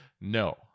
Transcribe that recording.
No